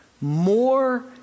more